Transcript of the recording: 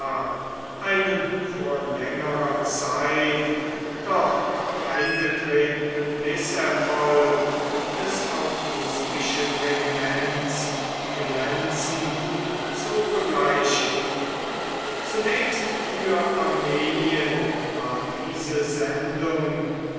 einen vor längerer zeit dort eingetretenen mißerfolg des augustfischen regiments glänzend zu begleichen zunächst für armenien war diese sendung